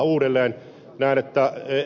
näen että ed